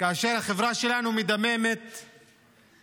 כאשר החברה שלנו מדממת בפשיעה.